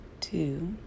two